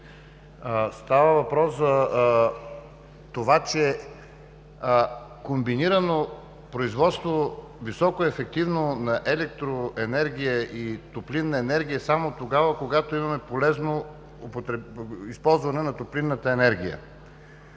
Става въпрос за това, че комбинирано високоефективно производство на електроенергия и топлинна енергия е само тогава, когато имаме полезно използване на топлинната енергия.